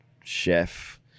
chef